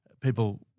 people